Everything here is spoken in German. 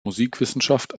musikwissenschaft